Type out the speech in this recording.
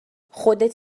خودت